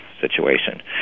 situation